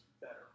better